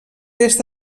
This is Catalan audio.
est